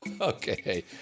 Okay